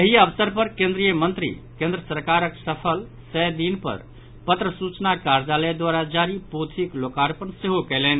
एहि अवसर पर केन्द्रीय मंत्री केन्द्र सरकारक सफल सय दिन पर पत्र सूचना कार्यालय द्वारा जारी पोथिक लोकार्पण सेहो कयलनि